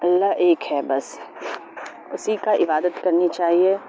اللہ ایک ہے بس اسی کا عبادت کرنی چاہیے